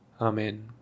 Amen